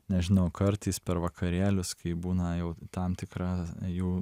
nežinau kartais per vakarėlius kai būna jau tam tikra jų